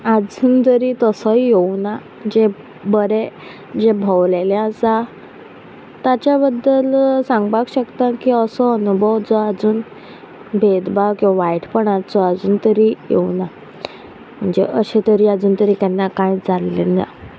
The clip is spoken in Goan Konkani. आजून तरी तसोय येवूंक ना जे बरे जे भोंविल्लें आसा ताच्या बद्दल सांगपाक शकता की असो अणभव जो आजून भेदभाव किंवां वायटपणाचो आजून तरी येवूंक ना म्हणजे अशें तरी आजून तरी केन्ना कांय जाल्लें ना